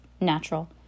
natural